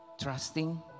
trusting